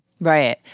Right